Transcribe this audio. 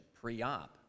pre-op